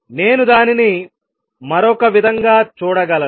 నేను దానిని మరొక విధంగా చూడగలను